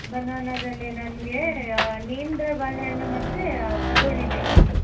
ಬನಾನದಲ್ಲಿ ನನಗೆ ನೇಂದ್ರ ಬಾಳೆಹಣ್ಣು ಮತ್ತು ಕದೋಳಿ ಬೇಕಿತ್ತು